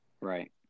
Right